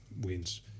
wins